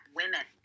women